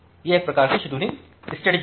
यह एक प्रकार की शेड्यूलिंग स्ट्रेटेजी है